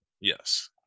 Yes